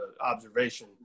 observation